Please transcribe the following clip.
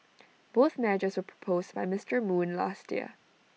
both measures were proposed by Mister moon last year